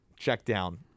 checkdown